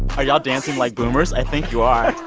are y'all dancing like boomers? i think you are.